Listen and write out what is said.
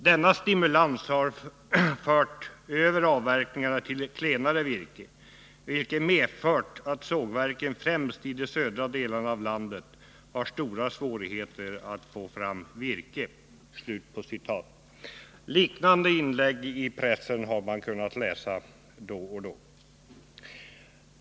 Denna stimulans har fört över avverkningarna till klenare virke, vilket medfört att sågverken främst i de södra delarna av landet har stora svårigheter att få fram virke.” Liknande inlägg i pressen har man kunnat läsa då och då.